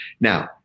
Now